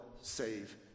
save